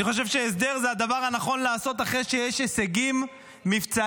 אני חושב שהסדר זה הדבר הנכון לעשות אחרי שיש הישגים מבצעיים,